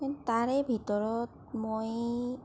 তাৰেই ভিতৰত মই